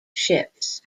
ships